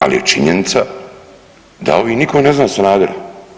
Ali je činjenica da ovi nitko ne zna Sanadera.